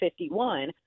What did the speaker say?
51